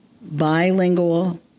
bilingual